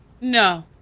No